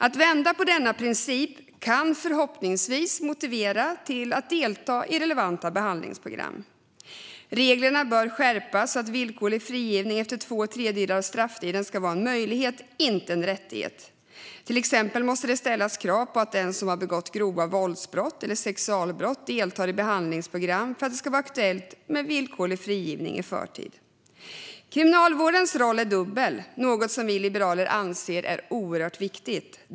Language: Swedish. Att vända på den nuvarande principen kan förhoppningsvis motivera till att delta i relevanta behandlingsprogram. Reglerna bör skärpas så att villkorlig frigivning efter två tredjedelar av strafftiden ska vara en möjlighet, inte en rättighet. Till exempel måste det ställas krav på att den som begått grova våldsbrott eller sexualbrott deltar i behandlingsprogram för att det ska vara aktuellt med villkorlig frigivning i förtid. Kriminalvårdens roll är dubbel, något som vi liberaler anser är oerhört viktigt.